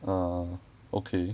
ah ah ah okay